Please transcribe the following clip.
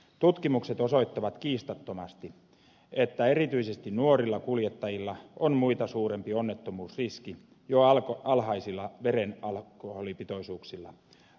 tutkimukset osoittavat kiistattomasti että erityisesti nuorilla kuljettajilla on muita suurempi onnettomuusriski jo alhaisilla veren alkoholipitoisuuksilla